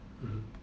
mmhmm